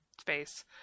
space